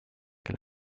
que